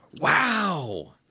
Wow